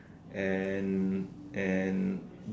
and and